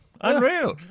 Unreal